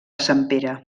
sempere